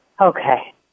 okay